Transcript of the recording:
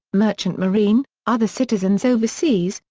merchant marine, other citizens overseas,